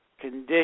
condition